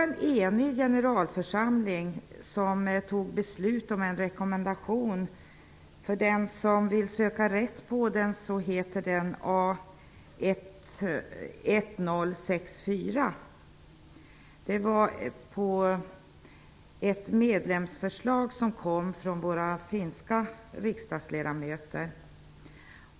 En enig generalförsamling beslutade om en rekommendation -- A 1064 -- efter ett medlemsförslag från våra finska riksdagsledamöter.